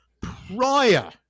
prior